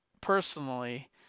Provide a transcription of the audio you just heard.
personally